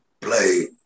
play